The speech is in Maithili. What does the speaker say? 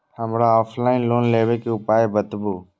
हमरा ऑफलाइन लोन लेबे के उपाय बतबु?